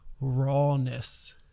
rawness